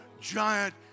giant